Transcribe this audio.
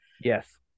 yes